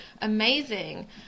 amazing